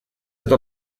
eta